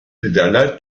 liderler